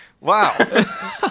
Wow